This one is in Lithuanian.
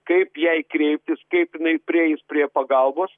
kaip jai kreiptis kaip jinai prieis prie pagalbos